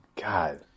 God